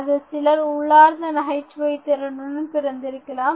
அதில் சிலர் உள்ளார்ந்த நகைச்சுவை திறனுடன் பிறந்திருக்கலாம்